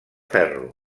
ferro